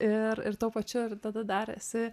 ir ir tuo pačiu ir tada dar esi